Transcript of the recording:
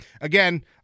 again